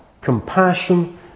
compassion